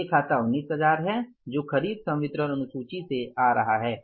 देय खता 19000 है जो खरीद संवितरण अनुसूची से आ रहा है